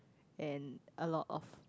and a lot of